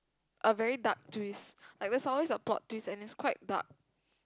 a very dark twist like there's always a plot twist and it's quite dark